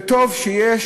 וטוב שיש